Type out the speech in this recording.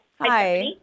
Hi